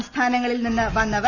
സംസ്ഥാനങ്ങളിൽ നിന്നു വന്നവർ